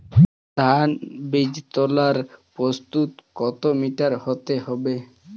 ধান বীজতলার প্রস্থ কত মিটার হতে হবে?